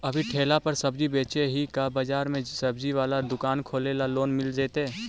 अभी ठेला पर सब्जी बेच ही का बाजार में ज्सबजी बाला दुकान खोले ल लोन मिल जईतै?